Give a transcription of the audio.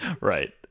Right